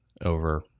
over